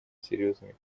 серьезными